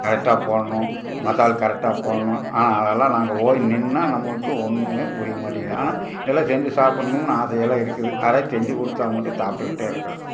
கரெக்டாக போடணும் மசாலா கரெக்டாக போடணும் ஆனால் அதெல்லாம் நான் அங்கே போய் நின்றா நம்மளுக்கு ஒன்றுமே புரிய மாட்டேங்கிது ஆனால் இதெல்லாம் செஞ்சு சாப்பிட்ணும்னு ஆசையெல்லாம் இருக்குது யாராவது செஞ்சு கொடுத்தா மட்டும் சாப்பிட்டுக்கிட்டே இருக்கலாம்